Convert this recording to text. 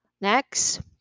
Next